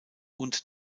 und